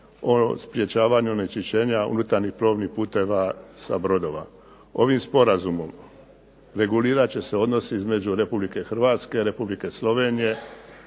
o sprječavanju onečišćenja unutarnjih plovnih puteva sa brodova. Ovim sporazumom regulirat će se odnos između Republike Hrvatske, Republike Slovenije,